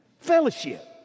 Fellowship